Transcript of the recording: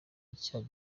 icyaha